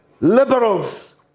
liberals